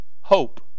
Hope